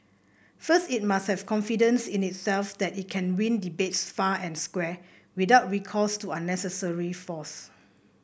first it must have confidence in itself that it can win debates fair and square without recourse to unnecessary force